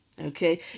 Okay